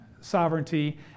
sovereignty